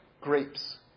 grapes